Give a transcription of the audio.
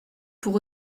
pour